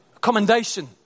Commendation